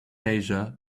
asia